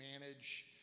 manage